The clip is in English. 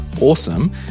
Awesome